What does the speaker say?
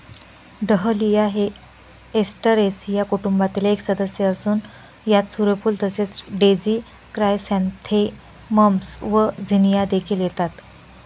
dahlia हे Asteraceae कुटुंबातील एक सदस्य असून यात सूर्यफूल तसेच डेझी क्रायसॅन्थेमम्स व झिनिया देखील येतात